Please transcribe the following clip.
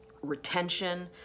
retention